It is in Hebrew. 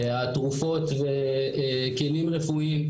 התרופות וכלים רפואיים,